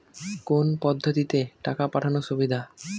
কোন পদ্ধতিতে টাকা পাঠানো সুবিধা?